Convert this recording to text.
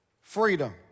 freedom